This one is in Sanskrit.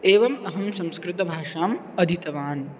एवम् अहं संस्कृतभाषाम् अधीतवान्